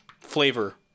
flavor